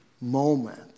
moment